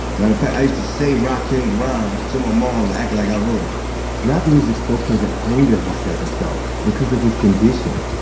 matter of fact, i used to say rakim's rhymes to my moms and act like i wrote it rap music spoke to the anger he says he felt because of his condition.